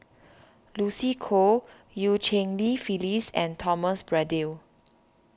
Lucy Koh Eu Cheng Li Phyllis and Thomas Braddell